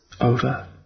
Over